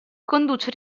conduce